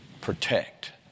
protect